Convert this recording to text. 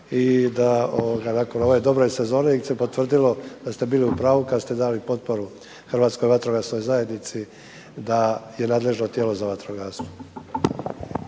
i da nakon ove dobre sezone se potvrdilo da ste bili u pravu kad ste dali potporu Hrvatskoj vatrogasnoj zajednici da je nadležno tijelo za vatrogastvo.